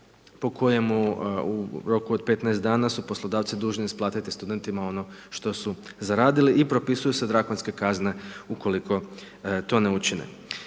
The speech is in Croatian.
po kojemu u roku od 15 dana su poslodavci dužni isplatiti studentima ono što su zaradili i propisuju se drakonske kazne ukoliko to ne učine.